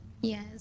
yes